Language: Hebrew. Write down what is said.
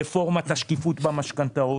רפורמת השקיפות במשכנתאות,